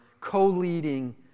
co-leading